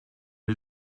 sie